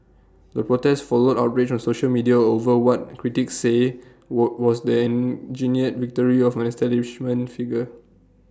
the protest followed outrage on social media over what critics say what was the engineered victory of establishment figure